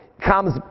comes